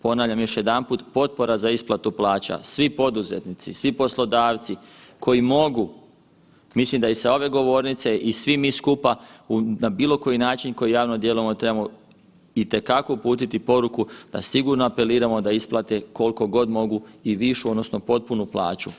Ponavljam još jedanput, potpora za isplatu plaća, svi poduzetnici, svi poslodavci koji mogu, mislim da i sa ove govornice i svi mi skupa na bilo koji način kojim javno djelujemo trebamo itekako uputiti poruku da sigurno apeliramo da isplate kolko god mogu i višu odnosno potpunu plaću.